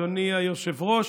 אדוני היושב-ראש,